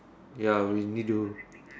ya we need do